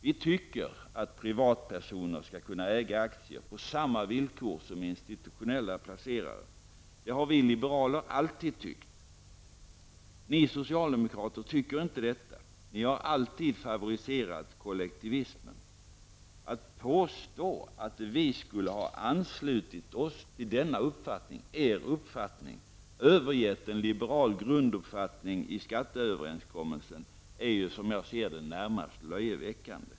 Vi tycker att privatpersoner skall kunna äga aktier på samma villkor som institutionella placerare. Det har vi liberaler alltid tyckt. Ni socialdemokrater tycker inte det. Ni har alltid favoriserat kollektivismen. Att påstå att vi skulle ha anslutit oss till denna uppfattning, er uppfattning, och övergett en liberal grunduppfattning i skatteöverenskommelsen är, som jag ser det, närmast löjeväckande.